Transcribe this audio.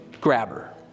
grabber